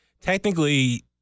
technically